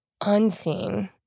unseen